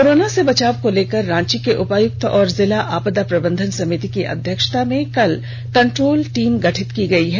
corona से बचाव को लेकर रांची के उपायक्त और जिला आपदा प्रबंधन समिति की अध्यक्षता में कल कंट्रोल टीम गठित की गई है